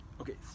okay